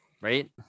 Right